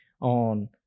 on